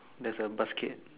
there's a basket